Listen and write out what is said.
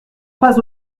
pas